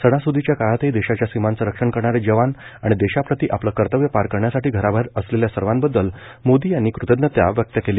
सणासूदीच्या काळातही देशाच्या सीमांचं रक्षण करणारे जवान आणि देशाप्रती आपलं कर्तव्य पार पाडण्यासाठी घराबाहेर असलेल्या सर्वांबद्दल मोदी यांनी कृतज्ञता व्यक्त केली